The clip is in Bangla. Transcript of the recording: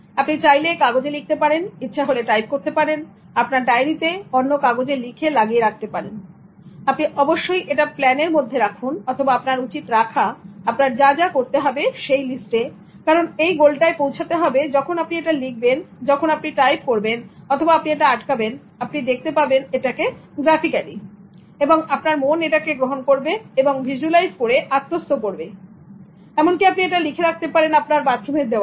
আপনি চাইলে কাগজে লিখতে পারেন ইচ্ছা হলে টাইপ করতে পারেন আপনার ডায়েরিতে অন্য কাগজে লিখে লাগিয়ে রাখতে পারেন আপনি অবশ্যই এটা প্লান এর মধ্যে রাখুন অথবা আপনার উচিত রাখা আপনার যা যা করতে হবে সেই লিস্টে কারণ এই গোলটায় পৌঁছতে হবে যখন আপনি এটা লিখবেন যখনআপনি টাইপ করবেন অথবা আপনি এটা আটকাবেন আপনি দেখতে পাবেন এটাকে গ্রাফিক্যালি এবং আপনার মন এটাকে গ্রহণ করবে এবং ভিজুয়ালাইজ করে আত্মস্থ করবে এমনকি আপনি এটা লিখে রাখতে পারেন আপনার বাথরুমের দেওয়ালে